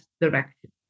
direction